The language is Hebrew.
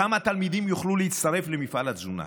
כמה תלמידים יוכלו להצטרף למפעל התזונה?